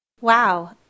Wow